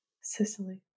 Sicily